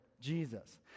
Jesus